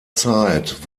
zeit